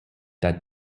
that